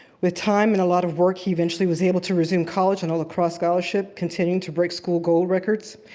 with time and a lot of work, he eventually was able to resume college on a lacrosse scholarship, continuing to break school goal records.